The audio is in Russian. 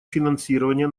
финансирования